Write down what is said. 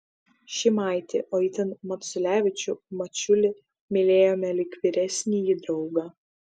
šimaitį o itin maculevičių mačiulį mylėjome lyg vyresnįjį draugą